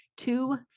Two